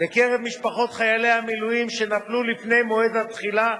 בקרב משפחות חיילי המילואים שנפלו לפני מועד התחילה,